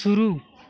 शुरू